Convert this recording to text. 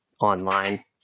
online